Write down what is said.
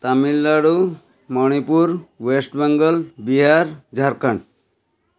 Tamil Nadu Manipur West Bengal Bihar Jharkhand